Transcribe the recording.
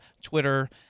Twitter